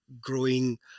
growing